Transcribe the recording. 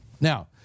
Now